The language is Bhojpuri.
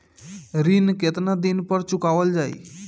ऋण केतना दिन पर चुकवाल जाइ?